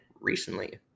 recently